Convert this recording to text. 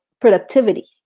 productivity